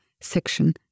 Section